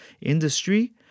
industry